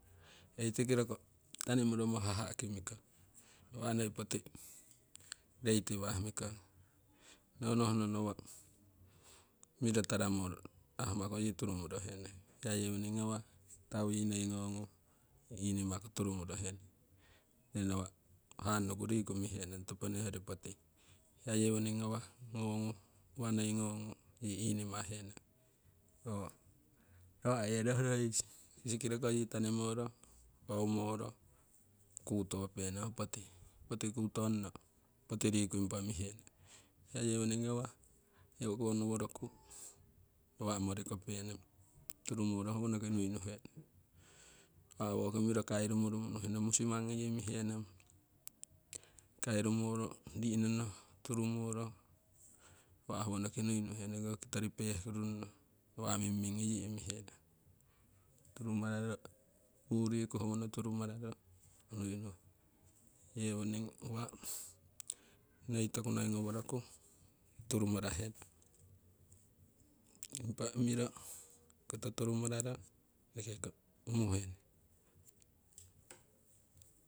Eiti kiroku tani moromo hahahkii mikong nawa' noi poti leiti wah mikong nonohno nawa' miroo taramoro ahmaku yii turumorohe nong hiya yewoning yii ngawah tau yii noi ngogu inimaku turumorohe nong, tiki nawa' hannuku riku mihenong toponing hoyori poti hiya yewoning ngawah ngogu uwa noi gogu yii inimahe nong. Nawa' yen nohno sikisi kiroku yii tanimoro paumoro kutope nong ho poti, poti kutonno poti riku impa mihenong, hiya yewoning ngawah okonowo roku nawa' morikope nong turumoro howonoki nui nuhenong. Impa woki miro kaurumoromo nuhenong musimangi yii mihenong kairumoro ri'nono turumoro, impa howonoki nui nuhenong oikoh kitori pehkuru runno nawa' mimimngi yii imihe nong. Turumarro muu riku howono turumararo unui unuhenong, yewoning uwa noi toku noi goworoku turu marahenong impa imiro koto turumararo enekeko umuhe nong.